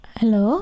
hello